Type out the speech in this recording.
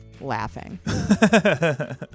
laughing